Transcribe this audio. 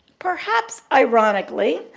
perhaps ironically,